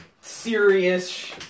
serious